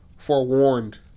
forewarned